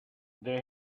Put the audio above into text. they